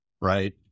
right